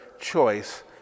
choice